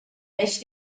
més